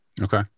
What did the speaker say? Okay